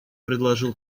предложил